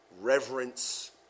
reverence